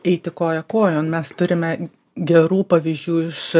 eiti koja kojon mes turime gerų pavyzdžių iš